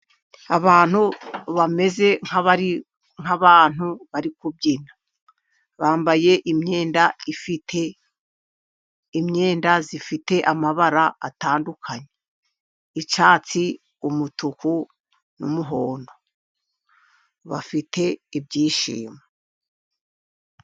Abantu bameze nk'abantu bari kubyina, bambaye imyenda ifite amabara atandukanye, icyatsi, umutuku, n'umuhondo, bafite ibyishimo.